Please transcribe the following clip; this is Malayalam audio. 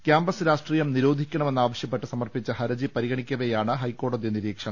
ക്യാമ്പസ് രാഷ്ട്രീയം നിരോധിക്കണമെന്നാ വശ്യപ്പെട്ട് സമർപ്പിച്ച ഹർജി പരിഗണിക്കവെയാണ് ഹൈക്കോ ടതി നിരീക്ഷണം